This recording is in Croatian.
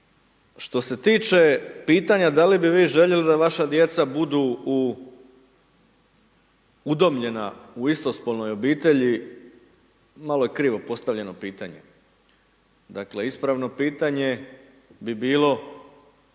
što se tiče pitanja da li bi vi željeli da vaša djeca budu udomljena u istospolnoj obitelji, malo je krivo postavljeno pitanje. Dakle, ispravno pitanje bi bilo